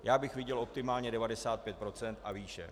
Já bych viděl optimálně 95 % a výše.